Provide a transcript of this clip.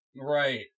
Right